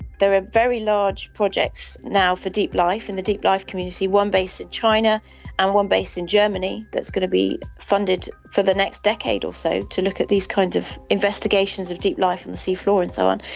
there are very large projects now for deep life in the deep life community, one based in china and one based in germany that's going to be funded for the next decade or so to look at these kinds of investigations of deep life on the sea floor and so on.